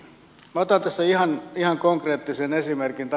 minä otan tässä ihan konkreettisen esimerkin